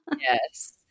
Yes